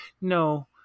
no